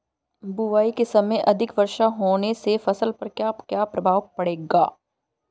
बुआई के समय अधिक वर्षा होने से फसल पर क्या क्या प्रभाव पड़ेगा?